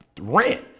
rent